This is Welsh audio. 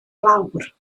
lawr